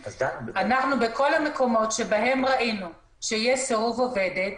בכל המקומות שבהם ראינו שיש סירוב עובדת